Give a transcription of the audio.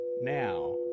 Now